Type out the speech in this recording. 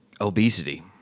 Obesity